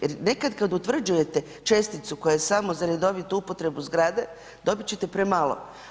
Jer nekad kad utvrđujete česticu koja je samo za redovitu upotrebu zgrade, dobit ćete premalo.